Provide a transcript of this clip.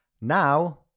Now